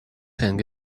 hang